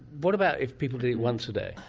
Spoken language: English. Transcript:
what about if people did it once a day?